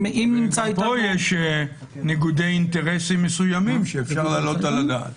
פה יש ניגודי אינטרסים מסוימים שאפשר להעלות על הדעת.